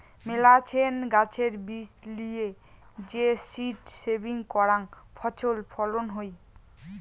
মেলাছেন গাছের বীজ লিয়ে যে সীড সেভিং করাং ফছল ফলন হই